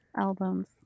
albums